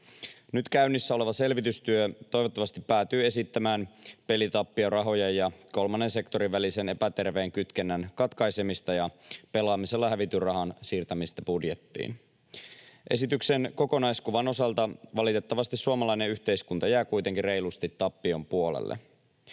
Nyt käynnissä oleva selvitystyö toivottavasti päätyy esittämään pelitappiorahojen ja kolmannen sektorin välisen epäterveen kytkennän katkaisemista ja pelaamisella hävityn rahan siirtämistä budjettiin. Esityksen kokonaiskuvan osalta suomalainen yhteiskunta kuitenkin valitettavasti jää reilusti tappion puolelle.